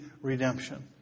redemption